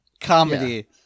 comedy